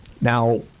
Now